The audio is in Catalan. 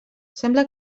sembla